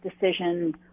decision